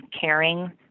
caring